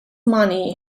money